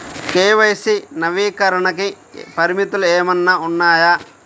KYC నవీకరణకి పరిమితులు ఏమన్నా ఉన్నాయా?